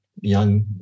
young